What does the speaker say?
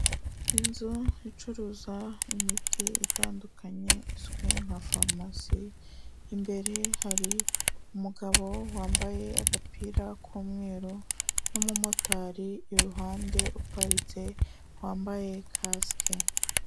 Inzu icuruza imiti itandukanye izwi nka farumasi, imbere hari umugabo wambaye agapira k'umweru n'umumotari iruhande uparitse wambaye kasike.